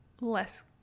less